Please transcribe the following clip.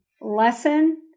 lesson